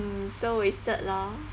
mm so wasted lor